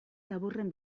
laburren